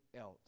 else